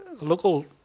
local